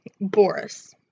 Boris